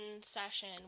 session